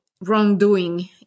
wrongdoing